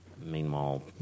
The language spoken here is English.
Meanwhile